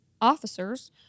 officers